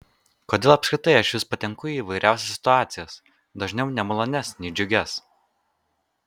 kodėl apskritai aš vis patenku į įvairiausias situacijas dažniau nemalonias nei džiugias